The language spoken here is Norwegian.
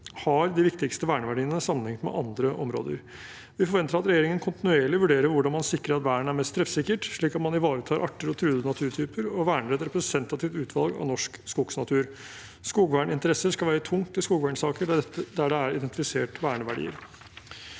har de viktigste verneverdiene sammenlignet med andre områder. Vi forventer at regjeringen kontinuerlig vurderer hvordan man sikrer at vern er mest treffsikkert, slik at man ivaretar arter og truede naturtyper og verner et representativt utvalg av norsk skogsnatur. Skogverninteresser skal veie tungt i skogvernsaker der det er identifisert verneverdier.